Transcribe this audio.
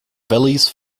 valleys